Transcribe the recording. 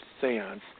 seance